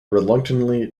reluctantly